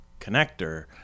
connector